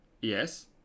Yes